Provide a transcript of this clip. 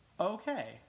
Okay